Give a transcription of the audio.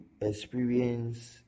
experience